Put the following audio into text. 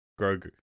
Grogu